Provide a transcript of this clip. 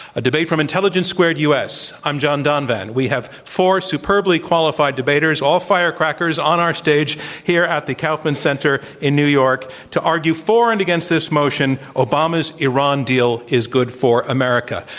a debate from intelligence squared u. s. i m john donvan. we have four superbly qualified debaters, all firecrackers, on our stage here at the kaufman center in new york to argue for and against this motion, obama's iran deal is good for america.